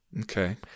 Okay